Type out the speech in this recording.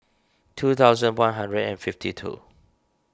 two thousand one hundred and fifty two